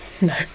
No